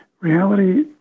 reality